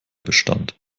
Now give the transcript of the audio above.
bestand